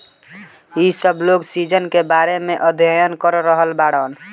इ सब लोग सीजन के बारे में अध्ययन कर रहल बाड़न